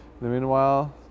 Meanwhile